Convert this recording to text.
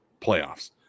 playoffs